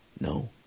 No